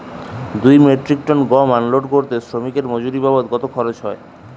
দুই metric ton গম unload করতে শ্রমিক এর মজুরি বাবদ কত খরচ হয়?